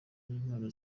n’impano